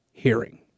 hearing